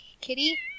Kitty